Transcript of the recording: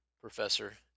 professor